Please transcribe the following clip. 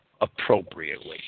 appropriately